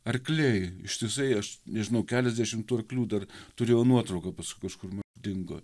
arkliai ištisai aš nežinau keliasdešimt arklių dar turėjau nuotrauką paskui kažkur dingo